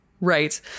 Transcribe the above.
Right